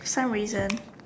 for some reason